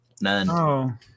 none